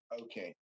Okay